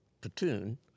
platoon